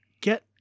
get